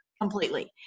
completely